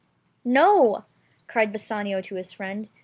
no cried bassanio to his friend,